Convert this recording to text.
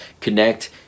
connect